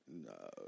No